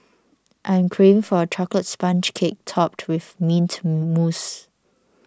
I am craving for a Chocolate Sponge Cake Topped with Mint Mousse